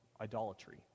idolatry